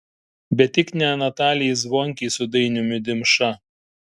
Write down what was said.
bet tik ne natalijai zvonkei su dainiumi dimša